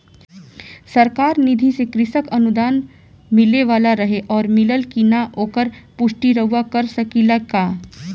सरकार निधि से कृषक अनुदान मिले वाला रहे और मिलल कि ना ओकर पुष्टि रउवा कर सकी ला का?